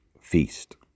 Feast